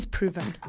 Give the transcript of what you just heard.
proven